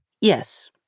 Yes